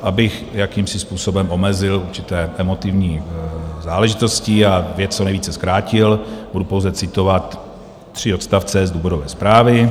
Abych jakýmsi způsobem omezil určité emotivní záležitosti a věc co nejvíce zkrátil, budu pouze citovat tři odstavce z důvodové zprávy.